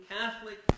Catholic